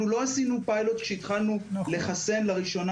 אנחנו לא עשינו פיילוט כשהתחלנו לחסן לראשונה